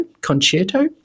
Concerto